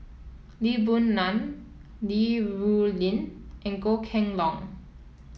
Lee Boon Ngan Li Rulin and Goh Kheng Long